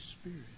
Spirit